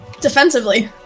Defensively